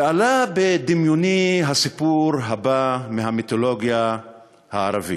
ועלה בדמיוני הסיפור הבא מהמיתולוגיה הערבית: